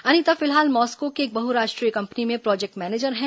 अनिता फिलहाल मास्को की एक बहुराष्ट्रीय कंपनी में प्रोजेक्ट मैनेजर हैं